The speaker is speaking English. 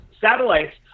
Satellites